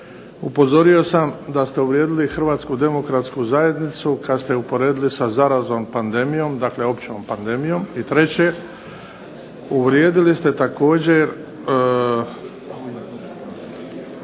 upozorio sam da ste uvrijedili HDZ kad ste je usporedili sa zaraznom pandemijom, dakle općom pandemijom. I treće, uvrijedili ste također